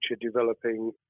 developing